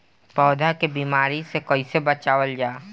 पौधा के बीमारी से कइसे बचावल जा?